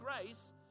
grace